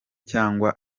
cyangwa